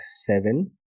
seven